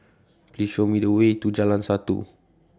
Please Show Me The Way to Jalan Satu